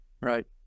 Right